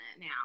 now